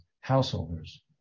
householders